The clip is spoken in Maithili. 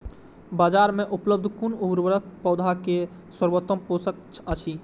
बाजार में उपलब्ध कुन उर्वरक पौधा के सर्वोत्तम पोषक अछि?